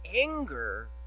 anger